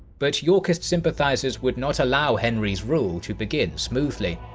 but yorkist sympathisers would not allow henry's rule to begin smoothly.